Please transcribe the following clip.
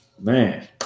man